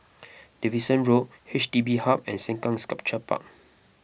Davidson Road H D B Hub and Sengkang Sculpture Park